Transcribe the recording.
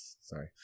Sorry